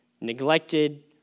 neglected